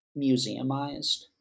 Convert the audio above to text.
museumized